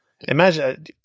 Imagine